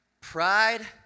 Pride